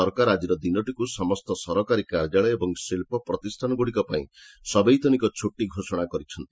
ସରକାର ଆଜିର ଦିନଟିକୁ ସମସ୍ତ ସରକାରୀ କାର୍ଯ୍ୟାଳୟ ଏବଂ ଶିଳ୍ପ ପ୍ରତିଷ୍ଠାନଗୁଡ଼ିକ ପାଇଁ ସବୈତନିକ ଛୁଟି ଘୋଷଣା କରିଛନ୍ତି